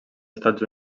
estats